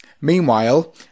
Meanwhile